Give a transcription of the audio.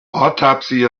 autopsy